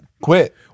quit